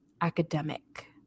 academic